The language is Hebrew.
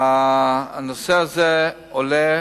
הנושא הזה עולה